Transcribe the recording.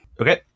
Okay